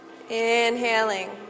Inhaling